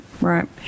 right